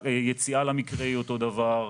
היציאה למקרה היא אותו דבר.